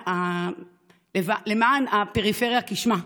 למען הפריפריה כשמה.